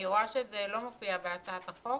אני רואה שזה לא מופיע בהצעת החוק.